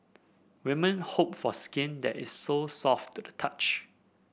women hope for skin that is so soft to the touch